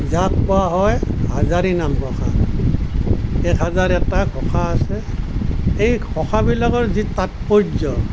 যাক কোৱা হয় হাজাৰী নামঘোষা একহাজাৰ এটা ঘোষা আছে সেই ঘোষাবিলাকৰ যি তাৎপৰ্য